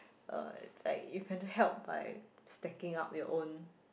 uh like you can help by stacking up your own